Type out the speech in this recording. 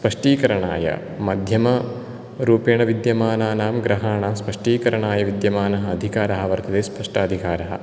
स्पष्टीकरणाय मध्यमरूपेण विद्यमानानां ग्रहाणां स्पष्टीकरणाय विद्यमानाः अधिकाराः वर्तते स्पष्टाधिकाराः